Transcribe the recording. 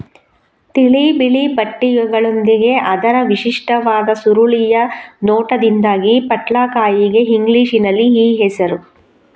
ತಿಳಿ ಬಿಳಿ ಪಟ್ಟೆಗಳೊಂದಿಗೆ ಅದರ ವಿಶಿಷ್ಟವಾದ ಸುರುಳಿಯ ನೋಟದಿಂದಾಗಿ ಪಟ್ಲಕಾಯಿಗೆ ಇಂಗ್ಲಿಷಿನಲ್ಲಿ ಈ ಹೆಸರು